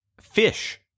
Fish